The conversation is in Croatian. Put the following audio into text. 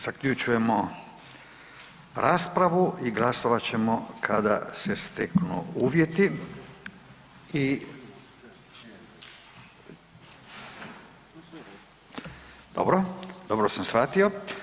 Zaključujemo raspravu i glasovat ćemo kada se steknu uvjeti i dobro, dobro sam shvatio.